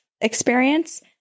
experience